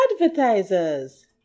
advertisers